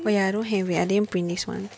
oh ya I don't have it I didn't print this one